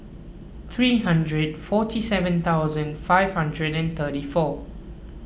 three hundred forty seven thousand five hundred and thirty four